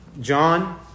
John